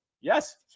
Yes